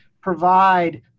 provide